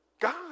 God